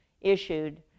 issued